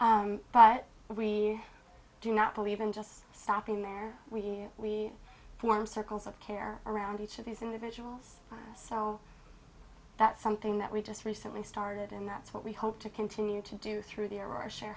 housing but we do not believe in just stopping there we form circles of care around each of these individuals so that's something that we just recently started and that's what we hope to continue to do through t